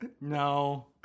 No